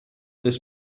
this